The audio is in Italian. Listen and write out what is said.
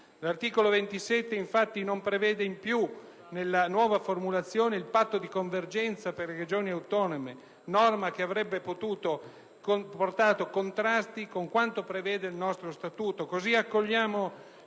L'articolo 27, infatti, non prevede più, nella nuova formulazione, il patto di convergenza per le Regioni autonome, norma che avrebbe comportato contrasti con quanto prevede il nostro Statuto.